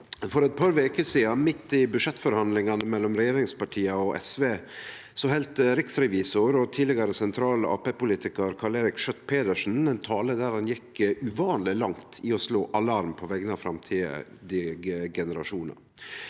For eit par veker sidan, midt i budsjettforhandlingane mellom regjeringspartia og SV, heldt riksrevisor og tidlegare sentral Arbeidarparti-politikar Karl Eirik Schjøtt-Pedersen ein tale der han gjekk uvanleg langt i å «slå alarm» på vegner av framtidige generasjonar.